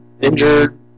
injured